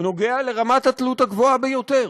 נוגע לרמת התלות הגבוהה ביותר: